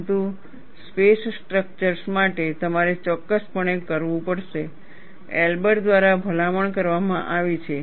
પરંતુ space structures માટે તમારે ચોક્કસપણે કરવું પડશે એલ્બર દ્વારા ભલામણ કરવામાં આવી છે